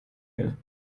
mehr